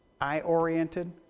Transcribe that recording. eye-oriented